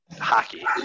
hockey